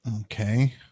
Okay